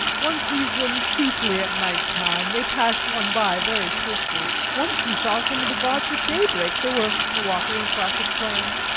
one sees them chiefly at night time. they pass one by very swiftly. once we saw some of the gods at daybreak. they were walking across a plain.